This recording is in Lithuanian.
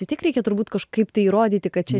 vis tik reikia turbūt kažkaip tai įrodyti kad čia